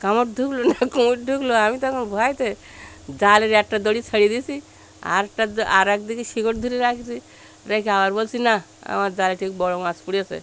কামড় ঢুকল না কুমির ঢুকল আমি তখন ভয়তে জালের একটা দড়ি ছেড়ে দিয়েছি আর একটা আর একদিকে শিকড় ধরে রেখেছি রেখে আবার বলছি না আমার জালে ঠিক বড় মাছ পড়েছে